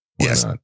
Yes